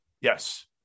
Yes